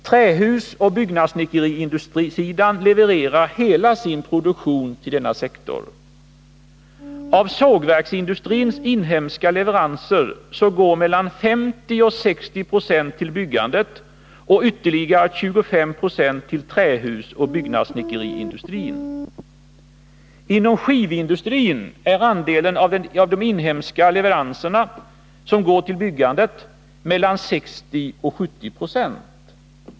Trähusoch byggnadssnickeriindustrisidan levererar hela sin produktion till denna sektor. Av sågverksindustrins inhemska leveranser går mellan 50 och 60 96 till byggandet och ytterligare 25 20 till trähusoch byggnadssnickeriindustrin. Inom skivindustrin är andelen av de inhemska leveranser som går till byggandet mellan 60 och 70 96.